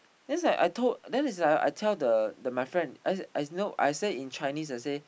then is like I told then is like I tell the the my friend I I know I say in Chinese I say